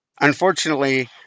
Unfortunately